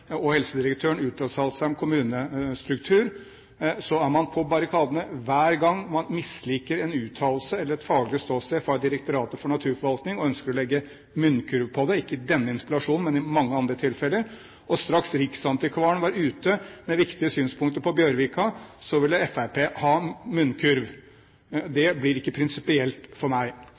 og helsedirektøren uttalte seg om kommunestruktur, er man på barrikadene hver gang man misliker en uttalelse eller et faglig ståsted fra Direktoratet for naturforvaltning og ønsker å sette munnkurv på det – ikke i denne interpellasjonen, men i mange andre tilfeller. Straks riksantikvaren var ute med viktige synspunkter på Bjørvika, ville Fremskrittspartiet har munnkurv. Det blir ikke prinsipielt for meg.